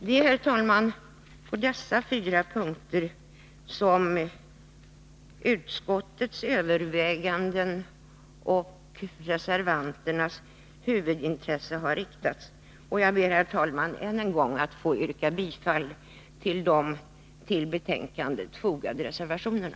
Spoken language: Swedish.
Det är dessa fyra punkter som har varit föremål för utskottets överväganden och reservanternas huvudintresse, och jag ber, herr talman, än en gång att få yrka bifall till de vid betänkandet fogade reservationerna.